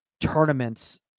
tournaments